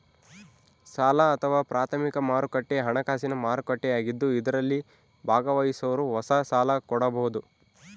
ಸಾಲ ಅಥವಾ ಪ್ರಾಥಮಿಕ ಮಾರುಕಟ್ಟೆ ಹಣಕಾಸಿನ ಮಾರುಕಟ್ಟೆಯಾಗಿದ್ದು ಇದರಲ್ಲಿ ಭಾಗವಹಿಸೋರು ಹೊಸ ಸಾಲ ಕೊಡಬೋದು